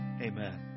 Amen